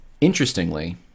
interestingly